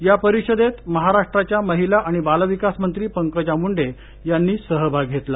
या परिषदेत महाराष्ट्राच्या महिला आणि बाल विकास मंत्री पंकजा मुंडे यांनी सहभाग घेतला